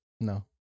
No